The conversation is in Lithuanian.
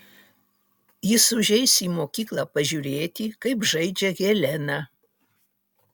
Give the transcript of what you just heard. jis užeis į mokyklą pažiūrėti kaip žaidžia helena